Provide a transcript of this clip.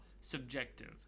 subjective